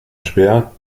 schwer